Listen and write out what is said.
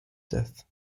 death